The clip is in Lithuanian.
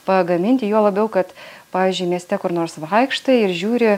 pagaminti juo labiau kad pavyzdžiui mieste kur nors vaikštai ir žiūri